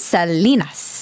Salinas